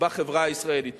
בחברה הישראלית.